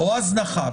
או הזנחה,